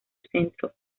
centro